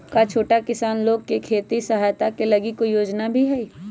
का छोटा किसान लोग के खेती सहायता के लगी कोई योजना भी हई?